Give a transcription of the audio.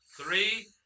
Three